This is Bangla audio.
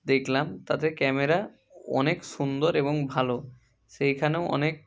দেখলাম তাতে ক্যামেরা অনেক সুন্দর এবং ভালো সেইখানেও অনেক